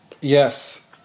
Yes